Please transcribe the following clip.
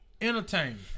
entertainment